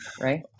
right